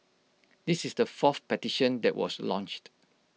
this is the fourth petition that was launched